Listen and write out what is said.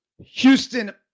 Houston